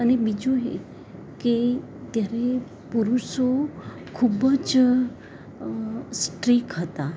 અને બીજું એ કે ત્યારે પુરુષો ખૂબ જ સ્ટ્રીક હતા